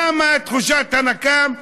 למה תחושת הנקם?